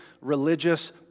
religious